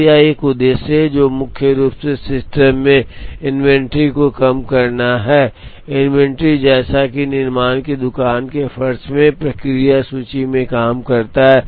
तो यह एक उद्देश्य है जो मुख्य रूप से सिस्टम में इन्वेंट्री को कम करना है इन्वेंट्री जैसा कि निर्माण की दुकान के फर्श में प्रक्रिया सूची में काम करता है